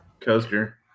coaster